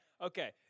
Okay